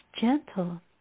gentle